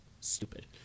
stupid